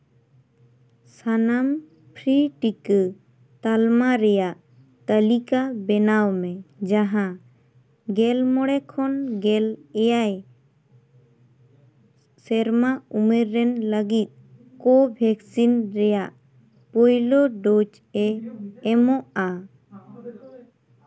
ᱥᱟᱱᱟᱢ ᱯᱷᱤᱨᱤ ᱴᱤᱠᱟᱹ ᱛᱟᱞᱢᱟ ᱨᱮᱭᱟᱜ ᱛᱟᱹᱞᱤᱠᱟ ᱵᱮᱱᱟᱣ ᱢᱮ ᱡᱟᱦᱟᱸ ᱜᱮᱞ ᱢᱚᱬᱮ ᱠᱷᱚᱱ ᱜᱮᱞ ᱮᱭᱟᱭ ᱥᱮᱨᱢᱟ ᱩᱢᱮᱨ ᱨᱮᱱ ᱞᱟᱹᱜᱤᱫ ᱠᱳᱵᱷᱮᱠᱥᱤᱱ ᱨᱮᱭᱟᱜ ᱯᱳᱭᱞᱳ ᱰᱳᱡᱽ ᱮ ᱮᱢᱚᱜᱼᱟ